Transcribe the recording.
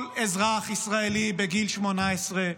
כל אזרח ישראלי בגיל 18,